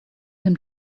him